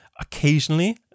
occasionally